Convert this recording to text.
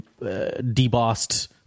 debossed